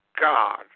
God